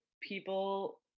people